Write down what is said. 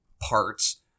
parts